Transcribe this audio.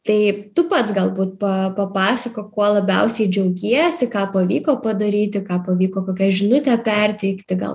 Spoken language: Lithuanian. tai tu pats galbūt pa papasakok kuo labiausiai džiaugiesi ką pavyko padaryti ką pavyko žinutę perteikti gal